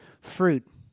fruit